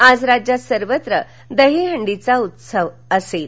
आज राज्यात सर्वत्र दहीहंडीचा उत्साह असेल